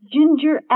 Ginger